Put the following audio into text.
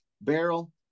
barrel